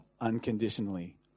unconditionally